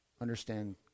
understand